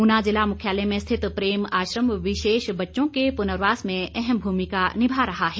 ऊना जिला मुख्यालय में स्थित प्रेम आश्रम विशेष बच्चों के पुनर्वास में अहम भूमिका निभा रहा है